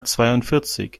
zweiundvierzig